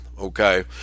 okay